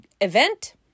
event